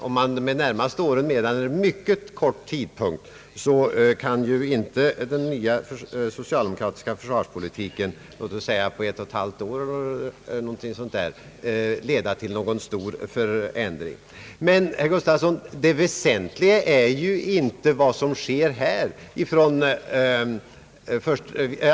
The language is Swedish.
Om man med de närmaste åren menar en mycket kort tidrymd, kan ju inte den nya socialdemokratiska försvarspolitiken, låt oss säga på ett och ett halvt år eller någonting sådant, leda till någon stor förändring. Men, herr Gustavsson, det väsentliga är ju inte vad som sker här.